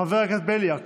חבר הכנסת בליאק,